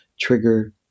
trigger